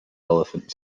elephant